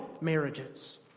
marriages